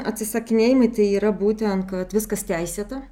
atsisakinėjimai tai yra būtent kad viskas teisėta